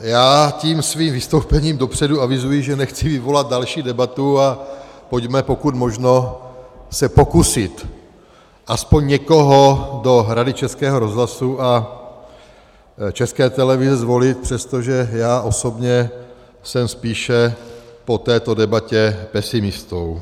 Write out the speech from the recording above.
Já tím svým vystoupením dopředu avizuji, že nechci vyvolat další debatu, a pojďme pokud možno se pokusit aspoň někoho do Rady Českého rozhlasu a České televize zvolit přesto, že já osobně jsem spíše po této debatě pesimistou.